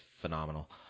phenomenal